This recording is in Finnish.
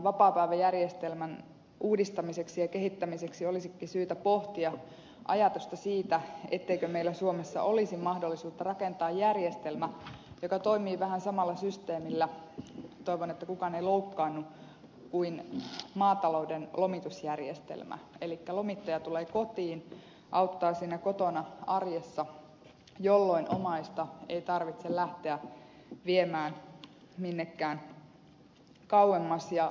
tämän vapaapäiväjärjestelmän uudistamiseksi ja kehittämiseksi olisikin syytä pohtia ajatusta siitä olisiko meillä suomessa mahdollisuutta rakentaa järjestelmä joka toimii vähän samalla systeemillä toivon että kukaan ei loukkaannu kuin maatalouden lomitusjärjestelmä elikkä lomittaja tulee kotiin auttaa siinä kotona arjessa jolloin omaista ei tarvitse lähteä viemään minnekään kauemmas